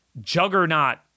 juggernaut